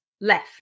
left